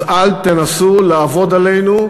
אז אל תנסו לעבוד עלינו,